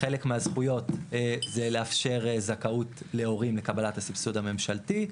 חלק מהזכויות זה לאפשר זכאות להורים לקבלת הסבסוד הממשלתי,